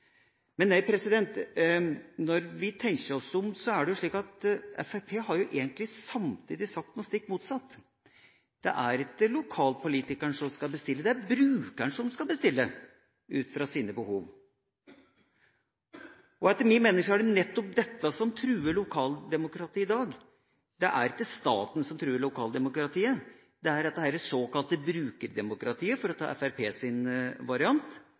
Men nei, for når vi tenker oss om, er det jo slik at Fremskrittspartiet egentlig samtidig har sagt noe stikk motsatt. Det er ikke lokalpolitikerne som skal bestille, det er brukerne som skal bestille, ut fra sine behov. Etter min mening er det nettopp dette som truer lokaldemokratiet i dag. Det er ikke staten som truer lokaldemokratiet. Det er enten det såkalte brukerdemokratiet – for å ta Fremskrittspartiets variant